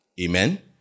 Amen